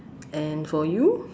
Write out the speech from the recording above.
and for you